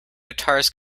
guitars